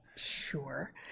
Sure